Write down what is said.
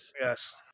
Yes